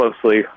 closely